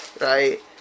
Right